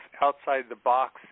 outside-the-box